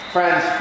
Friends